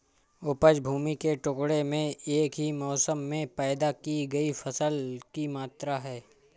उपज भूमि के टुकड़े में एक ही मौसम में पैदा की गई फसल की मात्रा है